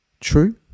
true